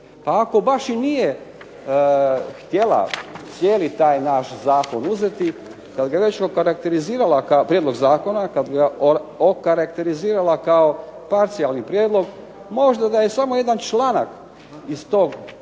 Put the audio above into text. Pa ako baš i nije htjela cijeli taj naš zakon uzeti, kad ga već okarakterizirala kao prijedlog zakona, kad ga okarakterizirala kao parcijalni prijedlog, možda da je samo jedan članak iz tog prijedloga